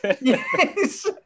Yes